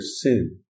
sin